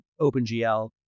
OpenGL